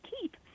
keep